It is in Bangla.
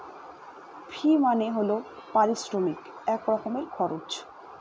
ফি মানে হল পারিশ্রমিক এক রকমের খরচ